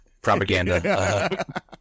propaganda